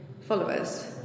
followers